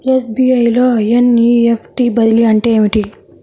SBI లో NEFT బదిలీ అంటే ఏమిటి?